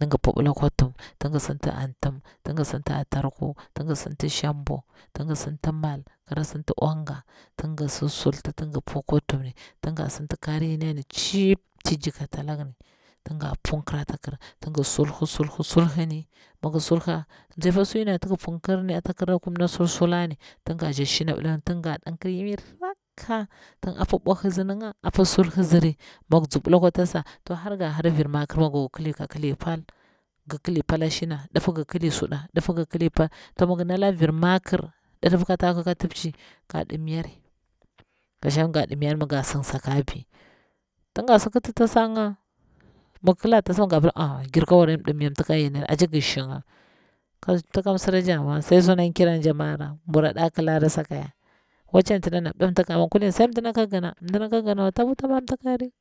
migi puɓila kwa tuwum tin gi sinti antim tingi sinti atargu tingi sinti shamboo tingi sinti mal, kara sinti onga tingi sulsulta tingi pow kwa tuwumni tinga sinti kari yiniyarni cip ti jikatulagini tumga punkira atakir tin gi sulhu sulhu sulhuni migi sulha japa suyini antigi punkir ata kira kum na sulsulani tunga jak shinabilari ti ga ja ɗankir imi rakka. ting apa bwahisi ninga apa sulhitsiri mi gi tsuɓula akwa tasa, to har ga hara vir makirma go kili ka kili pal gi kili pal ashina, dipi gi kili suɗa, dip gi kili pal, to mignara vir makir didipa ka tahu ka timpci ga ɗimnyari, kanshang ga ɗimnarma ga sin sakabi, tin gasi kiti tasanga, mi gi kila tasani ga pila ai jirka wari an dimnya mtika nyini ashe gi shinga. ka mtika msira ja amma sai suna kiranija mara. mbura ɗa kilarasakaya waci anti dana dim mtika amma kulin sai mdina ka gina, mdina ka ginawata wuti man mtikari.